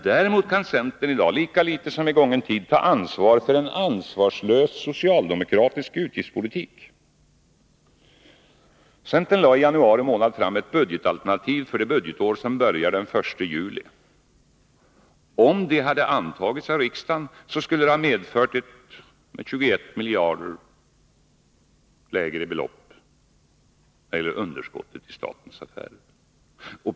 Däremot kan centern i dag, lika lite som i gången tid, ta ansvar för en ansvarslös socialdemokratisk utgiftspolitik. Centern lade i januari månad fram ett budgetalternativ för det budgetår som börjar den 1 juli. Om det antagits av riksdagen, skulle det medfört ett 21 miljarder lägre underskott i statsbudgeten.